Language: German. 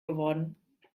geworden